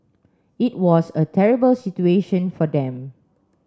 it was a terrible situation for them